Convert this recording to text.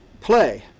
play